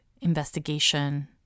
investigation